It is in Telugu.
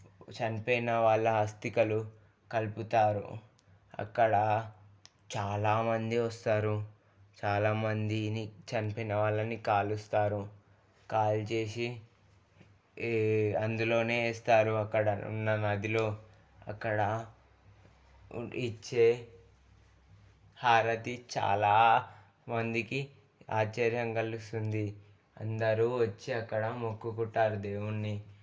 చనిపోయిన వాళ్ళ అస్తికలు కలుపుతారు అక్కడ చాలామంది వస్తారు చాలామందిని చంపిన వాళ్ళని కాలుస్తారు కాల్చేసి అందులో వేస్తారు అక్కడ ఉన్న నదిలో అక్కడ ఇచ్చే హారతి చాలా మందికి ఆశ్చర్యం కలిగిస్తుంది అందరు వచ్చి అక్కడ మొక్కుకుంటారు దేవున్ని